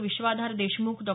Vishwadhar Deshmukh Dr